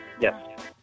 yes